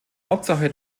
hauptsache